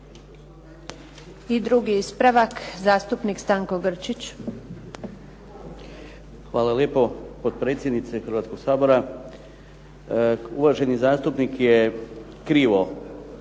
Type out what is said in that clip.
I drugi ispravak, zastupnik Stanko Grčić. **Grčić, Stanko (HSS)** Hvala lijepo potpredsjednice Hrvatskog sabora. Uvaženi zastupnik je krivo